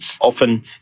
often